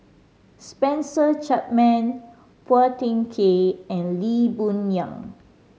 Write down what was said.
Spencer Chapman Phua Thin Kiay and Lee Boon Yang